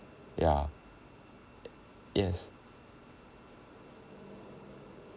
yeah yes